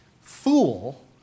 Fool